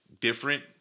different